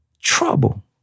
trouble